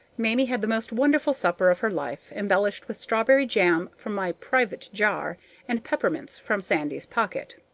mamie had the most wonderful supper of her life, embellished with strawberry jam from my private jar and peppermints from sandy's pocket.